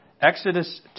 Exodus